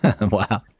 wow